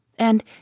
and